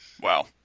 Wow